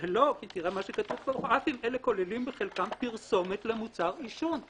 תראה מה כתוב פה: "אף אם אלה כוללים בחלקם פרסומת למוצר עישון".